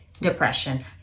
depression